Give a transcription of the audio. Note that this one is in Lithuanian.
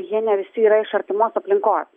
jie ne visi yra iš artimos aplinkos